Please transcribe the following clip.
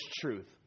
truth